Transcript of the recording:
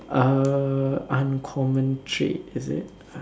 uh uncommon trait is it